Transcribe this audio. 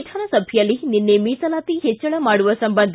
ವಿಧಾನಸಭೆಯಲ್ಲಿ ನಿನ್ನೆ ಮೀಸಲಾತಿ ಹೆಚ್ಚಳ ಮಾಡುವ ಸಂಬಂಧ